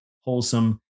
wholesome